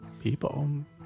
people